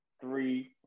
three